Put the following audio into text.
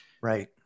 right